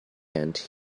end